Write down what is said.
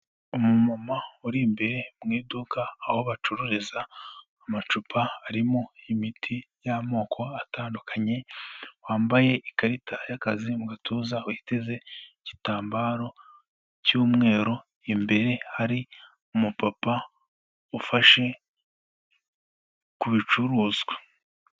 Umumama uri imbere mu iduka aho bacururiza amacupa arimo imiti y'amoko atandukanye wambaye ikarita y'akazi mu gatuza witeze igitambaro cy'umweru, imbere hari umupapa ufashe ku bicuruzwa.